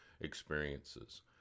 experiences